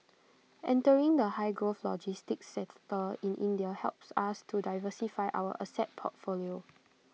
entering the high growth logistics sector in India helps us to diversify our asset portfolio